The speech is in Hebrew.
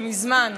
שמזמן,